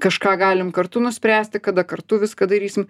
kažką galim kartu nuspręsti kada kartu viską darysim